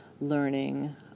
learning